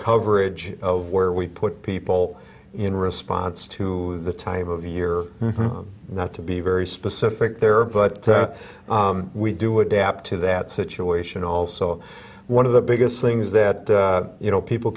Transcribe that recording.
coverage of where we put people in response to the time of year not to be very specific there but we do adapt to that situation also one of the biggest things that you know people